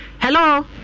Hello